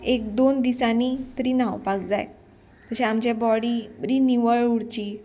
एक दोन दिसांनी तरी न्हांवपाक जाय तशें आमचे बॉडी बरी निवळ उरची